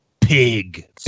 pig